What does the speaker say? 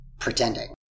pretending